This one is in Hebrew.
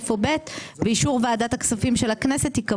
הוועדה ביקשה שהדיווח לוועדת הכספים לא יהיה מאוחר מ-90 ימים,